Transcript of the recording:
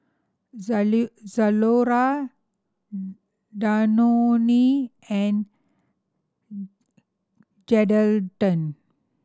Zalora Danone and Geraldton